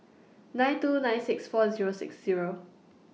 nine two nine six four Zero six Zero